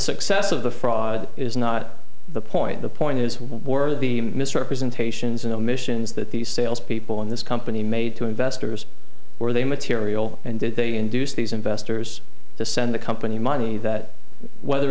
success of the fraud is not the point the point is where are the misrepresentations and omissions that these sales people in this company made to investors were they material and did they induce these investors to send the company money that whether